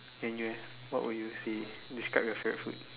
then you leh what would you see describe your favourite food